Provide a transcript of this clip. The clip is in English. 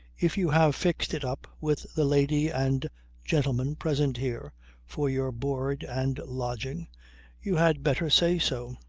if you have fixed it up with the lady and gentleman present here for your board and lodging you had better say so.